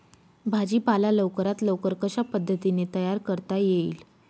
भाजी पाला लवकरात लवकर कशा पद्धतीने तयार करता येईल?